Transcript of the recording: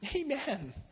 Amen